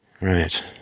Right